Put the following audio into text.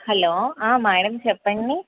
hello madam చెప్పండి